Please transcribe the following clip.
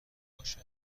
باشه